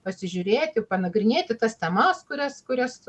pasižiūrėti panagrinėti tas temas kurias kurias